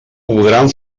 podran